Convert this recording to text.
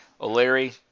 O'Leary